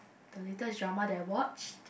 the latest drama that I watch